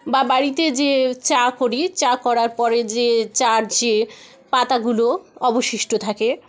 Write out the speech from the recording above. বা বাড়িতে যে চা করি চা করার পরে যে চায়ের যে পাতাগুলো অবশিষ্ট থাকে